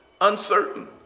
uncertain